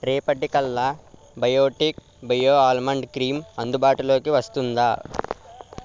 రేపటి కల్లా Biotique bio almond cream అందుబాటులోకి వస్తుందా